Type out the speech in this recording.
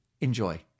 Enjoy